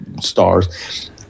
stars